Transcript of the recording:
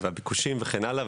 הביקושים וכן הלאה.